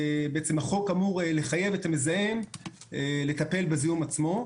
בעצם החוק אמור לחייב את המזהם לטפל בזיהום עצמו.